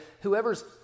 whoever's